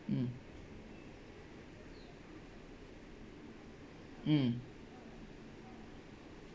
mm mm